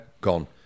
gone